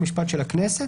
חוק ומשפט של הכנסת,